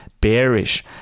Bearish